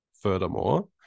Furthermore